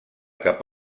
cap